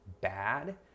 bad